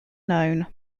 known